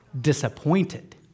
disappointed